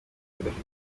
adafite